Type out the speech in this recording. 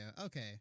okay